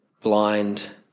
blind